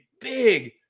big